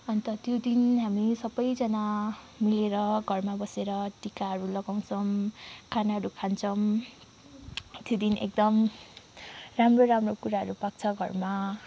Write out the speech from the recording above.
अन्त त्यो दिन हामी सबैजना मिलेर घरमा बसेर टिकाहरू लगाउँछौँ खानाहरू खान्छौँ त्यो दिन एकदम राम्रो राम्रो कुराहरू पाक्छ घरमा